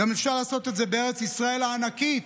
אפשר לעשות את זה גם בארץ ישראל הענקית,